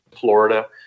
Florida